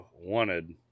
wanted